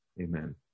Amen